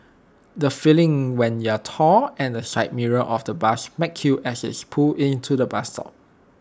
the feeling when you're tall and the side mirror of the bus smacks you as IT pulls into the bus stop